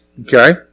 okay